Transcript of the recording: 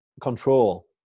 control